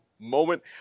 moment